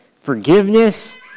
forgiveness